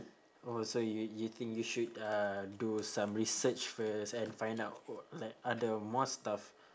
oh so you you think you should uh do some research first and find out oh like other more stuff